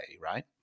right